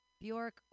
Bjork